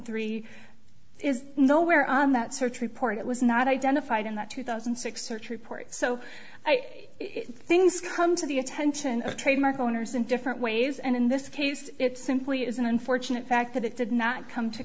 three is no where on that search report it was not identified in the two thousand and six search report so things come to the attention of trademark owners in different ways and in this case it simply is an unfortunate fact that it did not come to